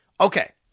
Okay